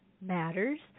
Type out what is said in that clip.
matters